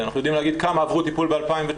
אנחנו יודעים להגיד כמה עברו טיפול ב-2019,